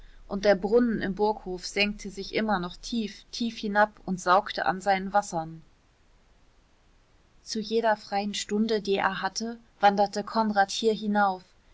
und der brunnen im burghof senkte sich immer noch tief tief hinab und saugte an seinen wassern zu jeder freien stunde die er hatte wanderte konrad hier hinauf